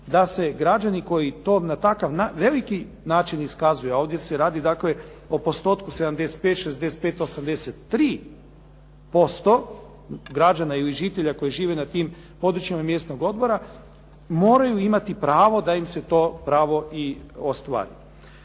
da se i građani koji na veliki način iskazuju, a ovdje se radi dakle o postotku 75, 65, 83% građana ili žitelja koji žive na tim područjima mjesnog odbora moraju imati pravo da im se to pravo i ostvari.